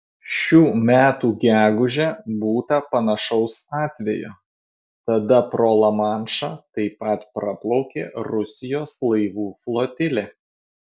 šių metų gegužę būta panašaus atvejo tada pro lamanšą taip pat praplaukė rusijos laivų flotilė